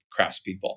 craftspeople